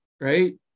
Right